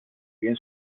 bien